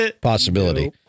possibility